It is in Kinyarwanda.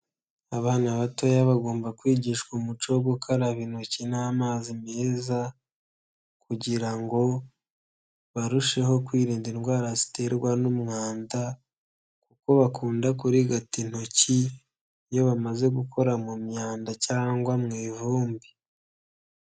Abana batoya bagomba kwigishwa umuco wo gukaraba intoki n'amazi meza kugira ngo barusheho kwirinda indwara ziterwa n'umwanda kuko bakunda kurigata intoki iyo bamaze gukora mu myanda cyangwa mu ivumbi.